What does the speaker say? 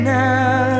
now